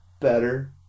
better